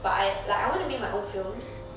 but I like I want to make my own films